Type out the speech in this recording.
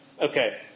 Okay